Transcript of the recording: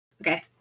Okay